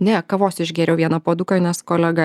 ne kavos išgėriau vieną puoduką nes kolega